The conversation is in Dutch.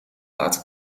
laten